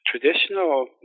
Traditional